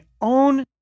own